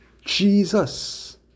Jesus